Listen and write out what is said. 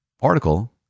article